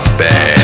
bad